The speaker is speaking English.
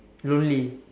lonely